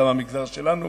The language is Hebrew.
וגם מהמגזר שלנו.